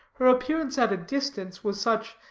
her appearance at distance was such,